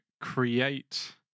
create